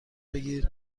بگیر